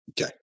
Okay